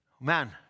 Man